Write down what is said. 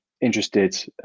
interested